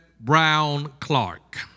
Brown-Clark